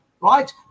right